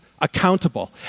accountable